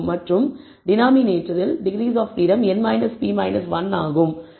மற்றும் denominator degrees of freedom n p 1 ஆகும்